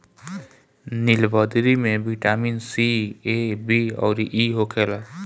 नीलबदरी में vitamin C, A, B अउरी इ होखेला